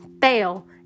fail